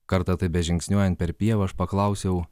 kartą taip be žingsniuojant per pievą aš paklausiau